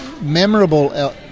memorable